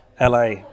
LA